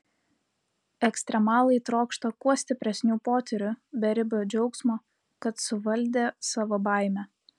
ekstremalai trokšta kuo stipresnių potyrių beribio džiaugsmo kad suvaldė savo baimę